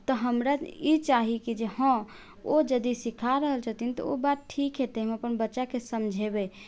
तऽ हमरा ई चाही कि जे हँ ओ यदि सीखा रहल छथिन तऽ ओ बात ठीक हेतै हम अपन बच्चाके समझेबै